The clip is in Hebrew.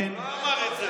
הוא לא אמר שהוא